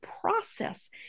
process